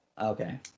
Okay